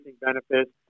benefits